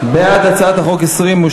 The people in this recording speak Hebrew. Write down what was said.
את הצעת חוק לתיקון פקודת בריאות העם (הגבלת כהונה של מנהלי בתי-חולים),